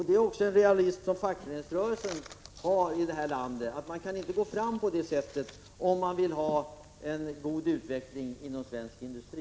Det är en realistisk inställning som fackföreningsrörelsen har i det här landet — att man inte kan gå fram på det sättet om man vill ha en god utveckling inom svensk industri.